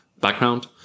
background